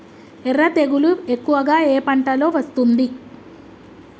ఎర్ర తెగులు ఎక్కువగా ఏ పంటలో వస్తుంది?